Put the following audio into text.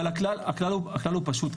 הכלל הוא פשוט.